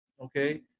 Okay